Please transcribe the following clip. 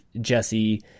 Jesse